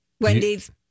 Wendy's